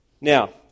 Now